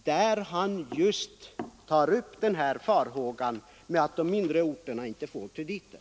Där tar herr Lindberg just upp den risk som är förenad med att de mindre orterna får krediter.